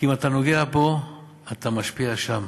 כי אם אתה נוגע פה אתה משפיע שם,